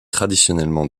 traditionnellement